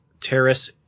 terrace